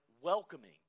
welcoming